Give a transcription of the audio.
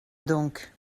donc